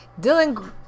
Dylan